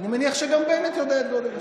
אני מניח שגם בנט יודע את גודל השעה.